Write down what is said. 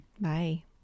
Bye